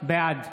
בעד